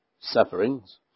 sufferings